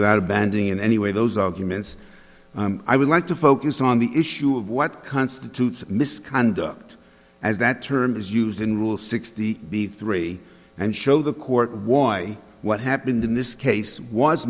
without abandoning in any way those arguments i would like to focus on the issue of what constitutes misconduct as that term is used in rule six the b three and show the court why what happened in this case was